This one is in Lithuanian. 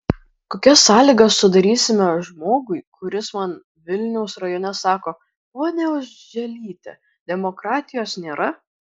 kokias sąlygas sudarysime žmogui kuris man vilniaus rajone sako ponia oželyte demokratijos nėra